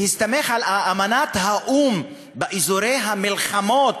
להסתמך על אמנת האו"ם באזורי המלחמות,